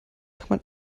kann